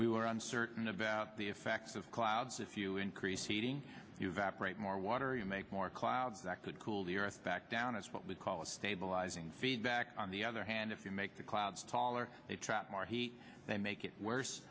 we were uncertain about the effects of clouds if you increase heating evaporate more water you make more clouds that could cool the earth back down it's what we call a stabilizing feedback on the other hand if you make the clouds taller they trap more heat they make it worse